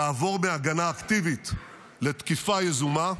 לעבור מהגנה אקטיבית לתקיפה יזומה,